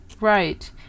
Right